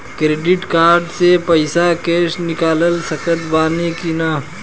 Credit card से पईसा cash निकाल सकत बानी की ना?